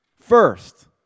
First